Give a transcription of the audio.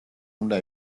უნდა